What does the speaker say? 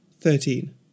thirteen